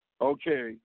okay